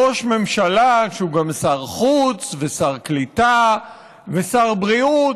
ראש ממשלה שהוא גם שר חוץ ושר קליטה ושר בריאות,